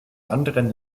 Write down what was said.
anderen